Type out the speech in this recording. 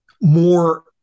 more